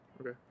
Okay